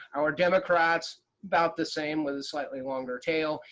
our democrats about the same with a slightly longer tail.